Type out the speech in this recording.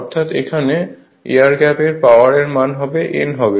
অর্থাৎ এখানে air gap এর পাওয়ার এর মান n হবে